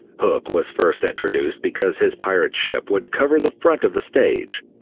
hook was first introduced because his pirate ship would cover the front of the stage,